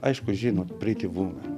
aišku žinot prity vumen